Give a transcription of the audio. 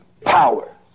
power